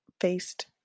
faced